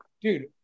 dude